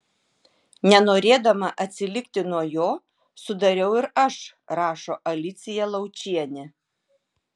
nenorėdama atsilikti nuo jo sudariau ir aš rašo alicija laučienė